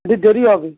একটু দেরি হবে